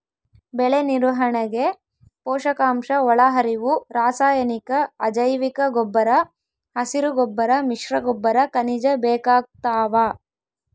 ಬೆಳೆನಿರ್ವಹಣೆಗೆ ಪೋಷಕಾಂಶಒಳಹರಿವು ರಾಸಾಯನಿಕ ಅಜೈವಿಕಗೊಬ್ಬರ ಹಸಿರುಗೊಬ್ಬರ ಮಿಶ್ರಗೊಬ್ಬರ ಖನಿಜ ಬೇಕಾಗ್ತಾವ